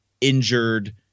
injured